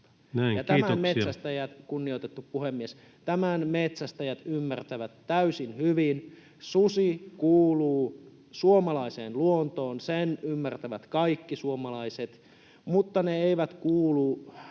Tämän metsästäjät ymmärtävät täysin hyvin: susi kuuluu suomalaiseen luontoon. Sen ymmärtävät kaikki suomalaiset. Mutta ne eivät kuulu